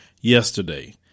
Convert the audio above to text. yesterday